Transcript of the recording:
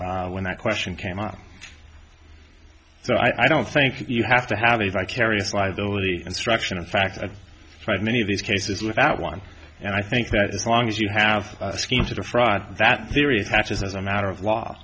when that question came up so i don't think you have to have a vicarious liability instruction in fact i've tried many of these cases without one and i think that as long as you have a scheme to defraud that theory attaches as a matter of law